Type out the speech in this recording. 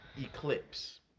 Eclipse